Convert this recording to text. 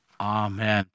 Amen